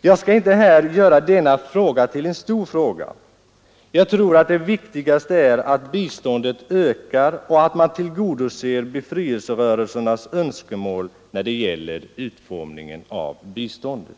Jag skall inte göra detta till en stor fråga. Jag tror det viktigaste är att biståndet ökar och att man tillgodoser befrielserörelsernas önskemål beträffande utformningen av biståndet.